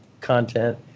content